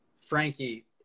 frankie